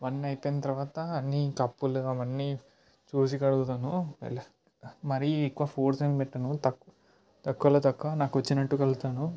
అవన్నీ అయిపోయిన తర్వాత అన్నీ కప్పులు అవన్నీ చూసి కడుగుతాను మరీ ఎక్కువ ఫోర్స్ ఏం పెట్టను తక్ తక్కువలో తక్కువ నాకు వచ్చినట్టు కడుగుతాను